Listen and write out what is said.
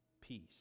Peace